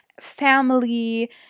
family